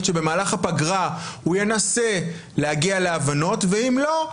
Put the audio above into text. שבמהלך הפגרה הוא ינסה להגיע להבנות ואם לא,